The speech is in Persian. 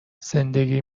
زندگی